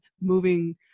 moving